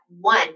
one